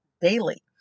daily